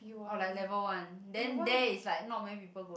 or like level one then there is like not many people go